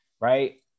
right